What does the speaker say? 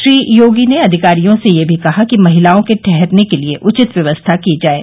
श्री योगी अधिकारियों से यह भी कहा कि महिलाओं के ठहरने के लिए उचित व्यवस्था की जाये